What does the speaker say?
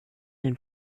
den